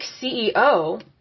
CEO